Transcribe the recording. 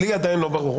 לי עדיין לא ברור.